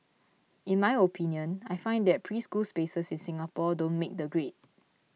in my opinion I find that preschool spaces in Singapore don't make the grade